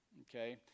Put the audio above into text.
Okay